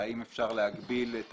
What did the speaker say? האם אפשר להגביל את